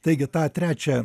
taigi tą trečią